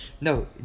No